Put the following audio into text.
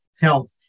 health